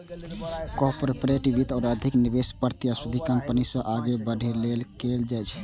corporate वित्त मे अधिक निवेश प्रतिस्पर्धी कंपनी सं आगां बढ़ै लेल कैल जाइ छै